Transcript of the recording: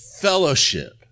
fellowship